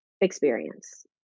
experience